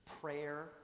prayer